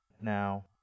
Now